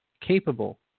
capable